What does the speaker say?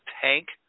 tank